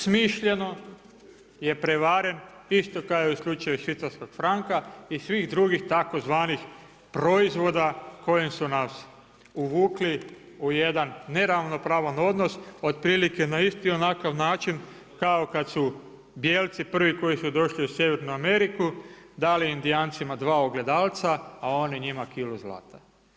Smišljeno je prevaren isto kao i u slučaju švicarskog franka i svih drugih tzv. proizvoda kojim su nas uvukli u jedan neravnopravan odnos otprilike na isti onakav način kao kad su bijelci prvi koji su došli u sjevernu Ameriku dali Indijancima dva ogledalca, a oni njima kilu zlata.